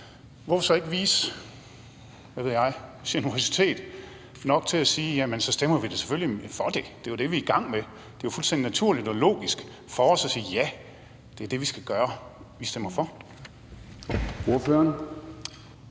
Hvorfor så ikke vise generøsitet nok til at sige, at man så selvfølgelig stemmer for det, for det er jo det, man er i gang med. Det er jo fuldstændig naturligt og logisk for regeringen at sige ja – det er det, den skal gøre – den stemmer for. Kl.